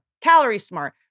calorie-smart